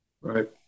Right